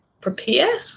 prepare